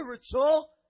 spiritual